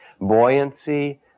Buoyancy